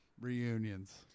reunions